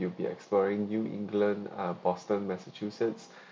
you'll be exploring new england ah boston massachusetts